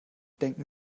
denken